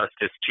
justice